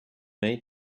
may